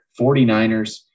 49ers